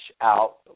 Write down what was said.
out